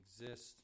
exist